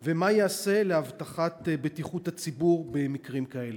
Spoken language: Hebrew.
2. מה ייעשה להבטחת בטיחות הציבור במקרים כאלה?